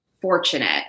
fortunate